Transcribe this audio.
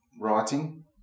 writing